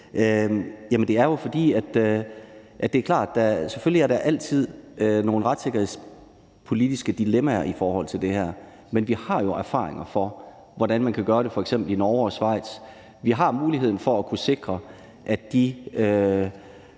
selvfølgelig er der altid nogle retssikkerhedspolitiske dilemmaer i forhold til det her, men vi har jo erfaringer med, hvordan man kan gøre det, f.eks. fra Norge og Schweiz. Vi har muligheden for at kunne sikre, at de